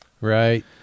Right